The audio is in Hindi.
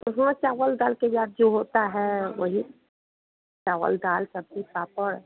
हाँ चावल दाल के बाद जो होता है वही चावल दाल सब्जी पापड़